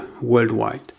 worldwide